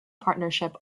partnership